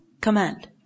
command